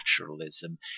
naturalism